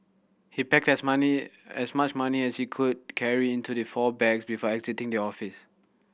he packed as money as much money as he could carry into the four bags before exiting the office